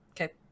Okay